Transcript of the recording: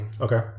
Okay